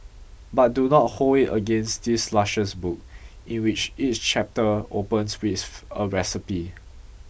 but do not hold it against this luscious book in which each chapter opens with a recipe